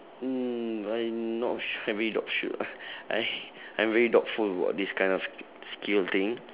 mm I'm not s~ I'm really not sure uh I I'm very doubtful about this kind of s~ skill thing